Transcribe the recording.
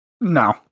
No